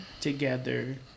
together